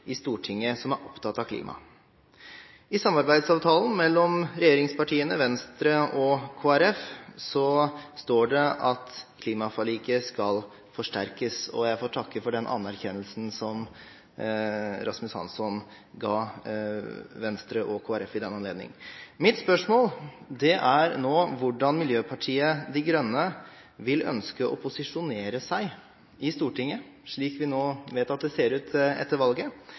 i Stortinget som er opptatt av klima. I samarbeidsavtalen mellom regjeringspartiene, Venstre og Kristelig Folkeparti står det at klimaforliket skal forsterkes, og jeg får takke for den anerkjennelsen som Rasmus Hansson ga Venstre og Kristelig Folkeparti i den anledning. Mitt spørsmål er hvordan Miljøpartiet De Grønne vil ønske å posisjonere seg i Stortinget slik vi nå vet at det ser ut etter valget,